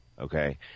Okay